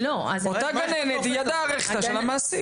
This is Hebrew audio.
אותה גננת היא ידו הארוכה של המעסיק.